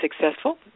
successful